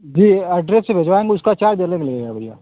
जी address से भिजवाएँगे उसका चार्ज अलग लगेगा भैया